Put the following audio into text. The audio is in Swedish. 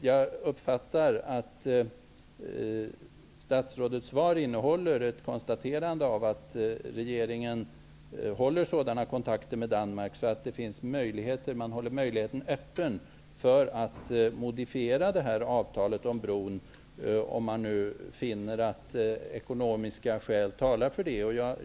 Jag uppfattar att statsrådets svar innehåller ett konstaterande av att regeringen har sådana kontakter med Danmark att man håller möjligheten öppen att modifiera avtalet om bron, om man nu finner att ekonomiska skäl talar för det.